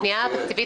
הפנייה התקציבית